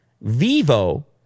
Vivo